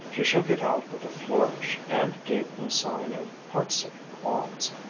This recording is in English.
she shook it out with a flourish and gave no sign of heartsick qualms.